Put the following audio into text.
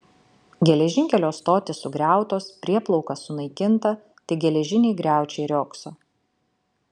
geležinkelio stotys sugriautos prieplauka sunaikinta tik geležiniai griaučiai riogso